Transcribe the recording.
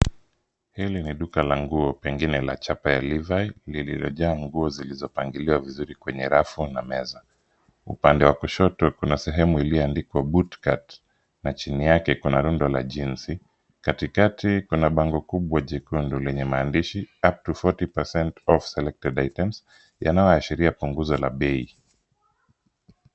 Hili ni duka la nguo pengine ya chapa ya Levi lililojaa nguo zilizopangiliwa vizuri kwenye rafu na meza. Upande wa kushoto, kuna sehemu iliyoandikwa boot cut na chini yake kuna rundo la jinzi. Katikati kuna bango kubwa jekundu lenye maandishi up to forty percent of selected items yanayoashiria punguzo la bei.